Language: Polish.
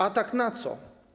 Atak na co?